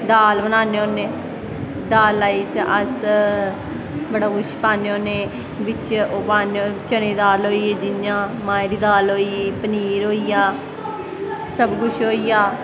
दाल बनान्ने होन्ने दाला च अस बड़ा कुछ पान्ने होन्ने बिच्च ओह् पान्ने चनें दा दाल होई जियां मांहें दी दाल होई पनीर होईया सब कुछ होईया